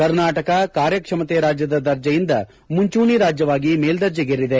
ಕರ್ನಾಟಕ ಕಾರ್ಯಕ್ಷಮತೆ ರಾಜ್ಯದ ದರ್ಜೆಯಿಂದ ಮುಂಚೂಣಿ ರಾಜ್ಯವಾಗಿ ಮೇಲ್ವರ್ಜೆಗೇರಿದೆ